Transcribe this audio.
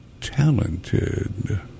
talented